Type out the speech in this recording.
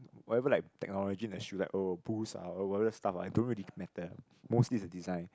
whatever like technology in the shoe like oh boost ah or whatever stuff I don't really matter mostly it's the design